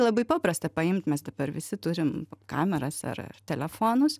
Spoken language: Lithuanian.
labai paprasta paimt mes dabar visi turim kameras ar ar telefonus